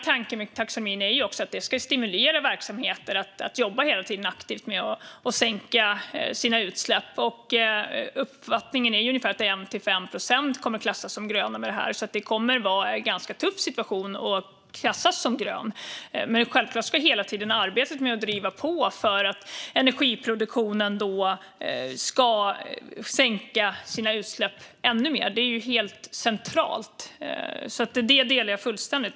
Tanken med taxonomin är också att detta ska stimulera verksamheter så att de hela tiden jobbar aktivt med att sänka sina utsläpp. Uppfattningen är att 1-5 procent kommer att klassas som gröna med det här, så det kommer att vara en ganska tuff situation att klassas som grön. Men självklart ska man hela tiden driva på för att energiproduktionen ska sänka sina utsläpp ännu mer. Det är helt centralt. Det delar jag fullständigt.